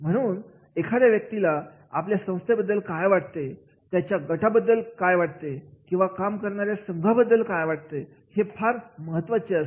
म्हणून एखाद्या व्यक्तीला आपल्या संस्थेबद्दल काय वाटते त्याच्या गटा बद्दल किंवा काम करणाऱ्या संघाबद्दल काय वाटते हे फार महत्त्वाचे आहे